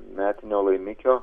metinio laimikio